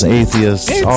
atheists